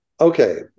Okay